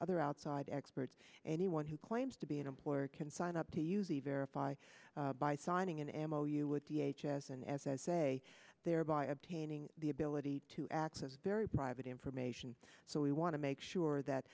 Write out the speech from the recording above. other outside experts anyone who claims to be an employer can sign up to use a verify by signing an ammo you with the h s and as as a thereby obtaining the ability to access very private information so we want to make sure that